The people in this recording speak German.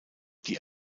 die